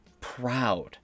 proud